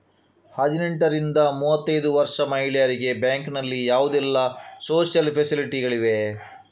ಹದಿನೆಂಟರಿಂದ ಮೂವತ್ತೈದು ವರ್ಷ ಮಹಿಳೆಯರಿಗೆ ಬ್ಯಾಂಕಿನಲ್ಲಿ ಯಾವುದೆಲ್ಲ ಸೋಶಿಯಲ್ ಫೆಸಿಲಿಟಿ ಗಳಿವೆ?